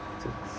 so